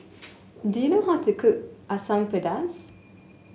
do you know how to cook Asam Pedas